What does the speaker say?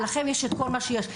ולנו יש את כל מה שיש,